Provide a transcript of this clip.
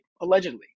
allegedly